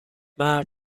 مرد